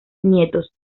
nietos